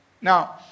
Now